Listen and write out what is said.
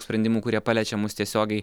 sprendimų kurie paliečia mus tiesiogiai